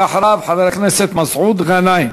אחריו, חבר הכנסת מסעוד גנאים.